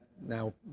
now